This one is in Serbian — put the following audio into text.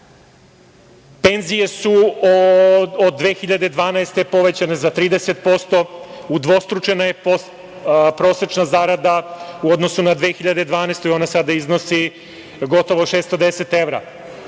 penzije su od 2012. godine povećane za 30%, udvostručena je prosečna zarada u odnosu na 2012. godinu i ona sada iznosi gotovo 610 evra.